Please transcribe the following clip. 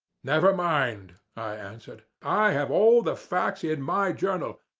never mind, i answered, i have all the facts in my journal,